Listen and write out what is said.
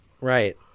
Right